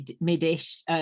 mid-ish